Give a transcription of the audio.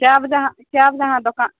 कए बजे अहाँ कए बजे अहाँ दोकान